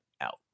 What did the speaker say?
out